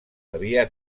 havia